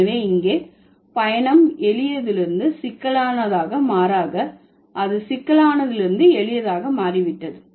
எனவே இங்கே பயணம் எளிய இருந்து சிக்கலான மாறாக அது சிக்கலான இருந்து எளிய மாறிவிட்டது